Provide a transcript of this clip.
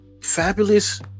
fabulous